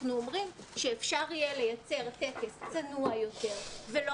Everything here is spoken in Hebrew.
אנחנו אומרים שאפשר יהיה לייצר טקס צנוע יותר ולא